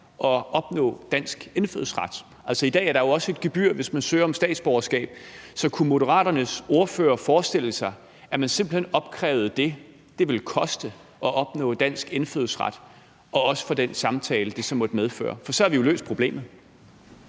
at opnå dansk indfødsret. I dag er der jo også et gebyr, hvis man søger om statsborgerskab. Så kunne Moderaternes ordfører forestille sig, at man simpelt hen opkrævede det, det ville koste at opnå dansk indfødsret – også hvad den samtale, det så måtte medføre, ville koste? For så har vi jo løst problemet.